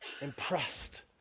impressed